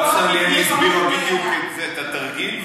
דפנה ליאל הסבירה בדיוק את התרגיל,